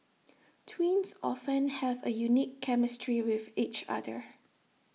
twins often have A unique chemistry with each other